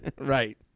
right